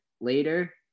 later